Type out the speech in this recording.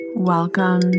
Welcome